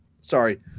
Sorry